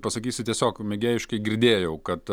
pasakysiu tiesiog mėgėjiškai girdėjau kad